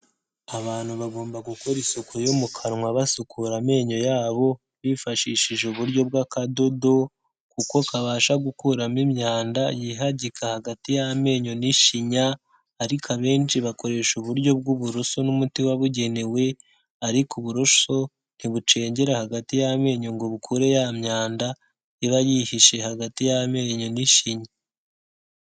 Abantu bagomba gukora isuku yo mu kanwa basukura amenyo yabo bifashishije uburyo bw'akadodo, kuko kabasha gukuramo imyanda yihagika hagati y'amenyo n'ishinya, ariko abenshi bakoresha uburyo bw'uburoso n'umuti wabugenewe, ariko uburoso ntibucengera hagati y'amenyo ngo bukure ya myanda iba yihishe hagati y'amenyo n'ishinya.